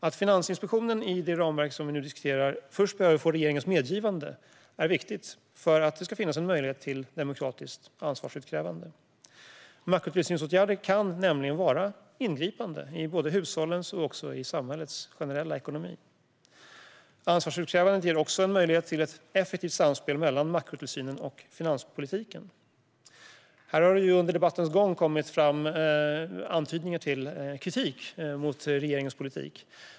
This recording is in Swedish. Att Finansinspektionen i det ramverk som vi nu diskuterar först behöver få regeringens medgivande är viktigt för att det ska finnas en möjlighet till demokratiskt ansvarsutkrävande. Makrotillsynsåtgärder kan nämligen vara ingripande i både hushållens och samhällets generella ekonomi. Ansvarsutkrävandet ger också möjlighet till ett effektivt samspel mellan makrotillsynen och finanspolitiken. Under debattens gång har det kommit antydningar till kritik mot regeringens politik.